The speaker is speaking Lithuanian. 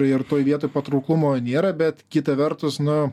ir toj vietoj patrauklumo nėra bet kita vertus na